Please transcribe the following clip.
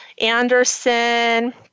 Anderson